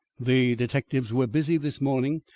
the detectives were busy this morning,